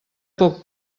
poc